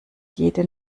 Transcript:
jede